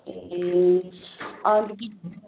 ए अन्त